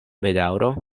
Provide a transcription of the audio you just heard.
bedaŭro